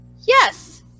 Yes